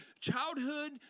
childhood